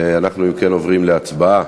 אנחנו עוברים להצבעה